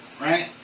Right